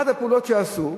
אחת הפעולות שעשו,